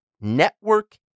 Network